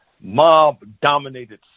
mob-dominated